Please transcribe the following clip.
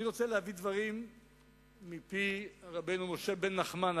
אני רוצה להביא דברים מפי רבנו משה בן נחמן,